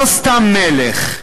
לא סתם מלך,